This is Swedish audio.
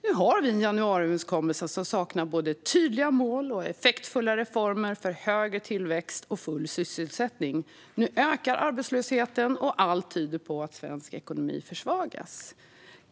Nu har vi en januariöverenskommelse som saknar både tydliga mål och effektfulla reformer för högre tillväxt och full sysselsättning. Nu ökar arbetslösheten, och allt tyder på att svensk ekonomi försvagas.